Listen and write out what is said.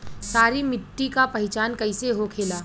सारी मिट्टी का पहचान कैसे होखेला?